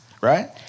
right